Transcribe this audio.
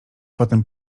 potem